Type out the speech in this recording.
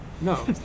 No